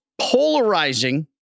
polarizing